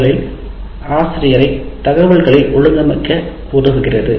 முதலில் ஆசிரியரை தகவல்களை ஒழுங்கமைக்க அனுமதிக்கிறது